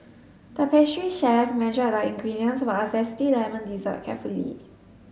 the pastry chef measured the ingredients for a zesty lemon dessert carefully